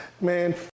Man